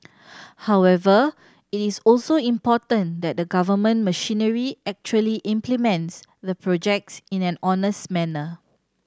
however it is also important that the government machinery actually implements the projects in an honest manner